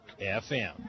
FM